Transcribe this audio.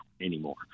anymore